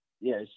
yes